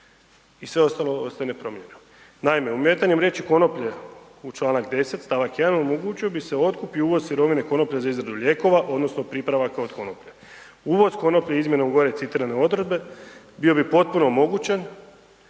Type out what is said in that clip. i sve ostalo …/Govornik se ne razumije./… Naime, umetanjem riječi konoplje u čl. 10. stavak 1 omogućio bi se otkup i uvoz sirovine konoplje za izradu lijekova, odnosno, pripravaka od konoplja. Uvoz konoplja izmjena u gore citirane odredbe, bio bi potpuno omogućen,